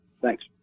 Thanks